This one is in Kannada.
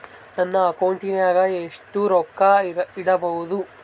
ನನ್ನ ಅಕೌಂಟಿನಾಗ ಎಷ್ಟು ರೊಕ್ಕ ಇಡಬಹುದು?